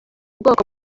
ubwoko